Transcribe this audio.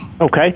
Okay